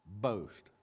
boast